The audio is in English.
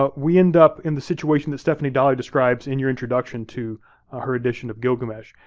but we end up in the situation that stephanie dalley describes in her introduction to her edition of gilgamesh,